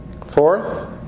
Fourth